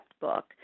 book